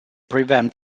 prevent